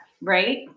right